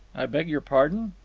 i beg your pardon?